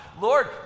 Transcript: Lord